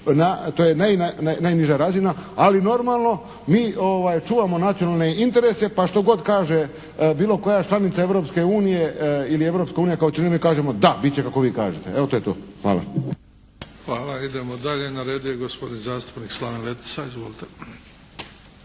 To je najniža razina ali normalno mi čuvamo nacionalne interese pa što god kaže bilo koja članica Europske unije ili Europska unija kao cjelina mi kažemo: "Da, bit će kako vi kažete." Evo to je to. Hvala. **Bebić, Luka (HDZ)** Hvala. Idemo dalje. Na redu je gospodin zastupnik Slaven Letica. Izvolite.